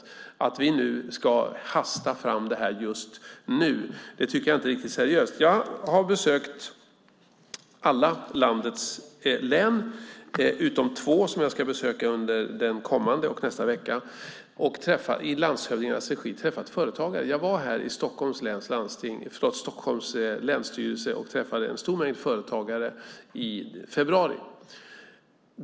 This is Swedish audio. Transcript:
Jag tycker inte att det är riktigt seriöst att vi ska hasta fram det här just nu. Jag har besökt alla landets län utom två som jag ska besöka under den kommande veckan och veckan därefter. Jag har i landshövdingarnas regi träffat företagare. Jag träffade Stockholms länsstyrelse och en stor mängd företagare i februari.